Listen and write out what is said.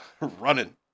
running